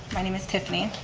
my name is tiffany.